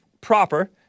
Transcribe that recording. proper